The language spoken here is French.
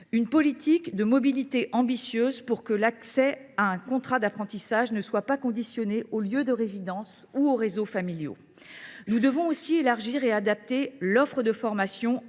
une politique de mobilité ambitieuse, car l’accès à un contrat d’apprentissage ne doit pas être conditionné à un lieu de résidence ou à des réseaux familiaux. Nous devons aussi élargir et adapter l’offre de formation,